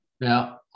Now